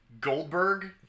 Goldberg